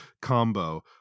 combo